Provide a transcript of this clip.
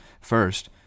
first